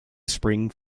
spring